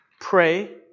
Pray